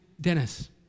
Dennis